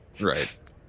Right